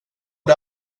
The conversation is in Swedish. det